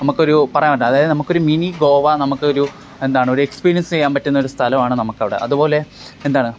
നമുക്ക് ഒരു പറയാൻ പറ്റുന്ന അതായത് നമുക്ക് ഒരു മിനി ഗോവ നമുക്ക് ഒരു എന്താണ് ഒരു എക്സ്പിരിയൻസ് ചെയ്യാൻ പറ്റുന്ന ഒരു സ്ഥലമാണ് നമുക്ക് അവിടെ അതുപോലെ എന്താണ്